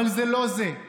אבל זה לא זה,